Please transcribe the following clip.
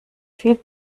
viel